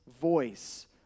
voice